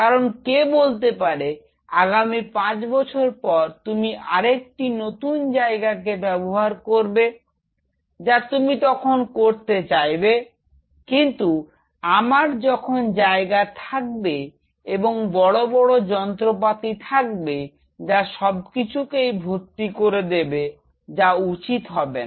কারণ কে বলতে পারে আগামী পাঁচ বছর পর তুমি আরেকটি নতুন জায়গাকে ব্যবহার করবে যা তুমি তখন করতে চাইবে কিন্তু আমার যখন জায়গা থাকবে এবং বড় বড় যন্ত্রপাতি থাকবে যা সবকিছুকেই ভর্তি করে দেবে যা করা উচিত হবে না